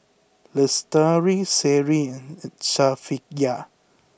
Lestari Seri and Safiya